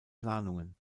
planungen